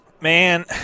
man